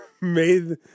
made